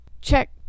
check